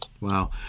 Wow